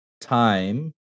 time